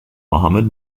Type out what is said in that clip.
mohammad